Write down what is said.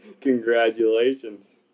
congratulations